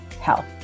health